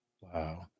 Wow